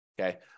okay